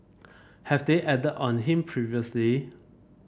have they acted on him previously